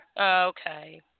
Okay